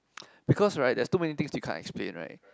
because right there's too many things we can't explain right